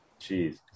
Jeez